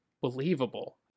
believable